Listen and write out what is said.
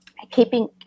Keeping